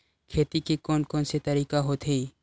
खेती के कोन कोन से तरीका होथे?